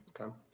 Okay